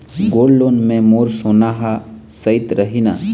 Gold loan मे मोर सोना हा सइत रही न?